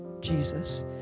Jesus